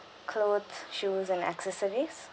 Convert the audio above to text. clothes shoes and accessories